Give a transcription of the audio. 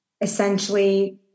Essentially